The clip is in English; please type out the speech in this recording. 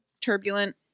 turbulent